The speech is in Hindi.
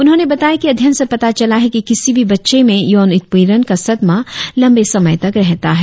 उन्होंने बताया कि अध्ययन से पता चला है कि किसी भी बच्चे में यौन उत्पीड़न का सदमा बड़े लंबे समय तक रहता है